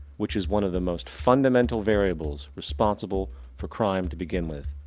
which is one of the most fundamental variables responsible for crime to begin with.